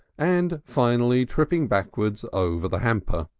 and finally tripping backwards over the hamper.